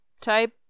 type